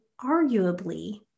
arguably